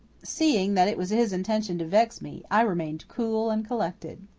seeing that it was his intention to vex me i remained cool and collected.